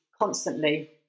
constantly